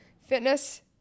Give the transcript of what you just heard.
fitness